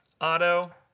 Auto